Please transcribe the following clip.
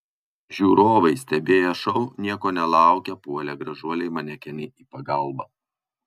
žiūrovai stebėję šou nieko nelaukę puolė gražuolei manekenei į pagalbą